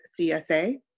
CSA